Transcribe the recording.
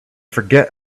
forget